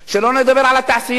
שלא נדבר על התעשייה.